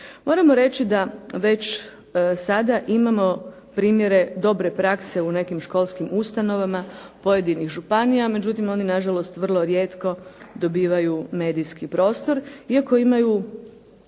Moramo reći da već sada imamo primjere dobre prakse u nekim školskim ustanovama pojedinih županija, međutim oni nažalost vrlo rijetko dobivaju medijski prostor iako imaju